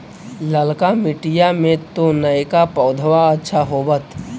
ललका मिटीया मे तो नयका पौधबा अच्छा होबत?